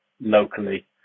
locally